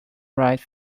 write